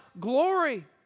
glory